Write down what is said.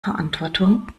verantwortung